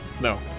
No